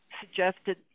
suggested